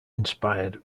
inspired